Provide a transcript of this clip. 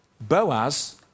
Boaz